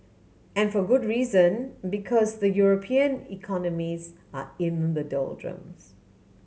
and for good reason because the European economies are in the doldrums